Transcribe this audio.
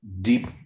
deep